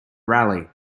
rally